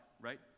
right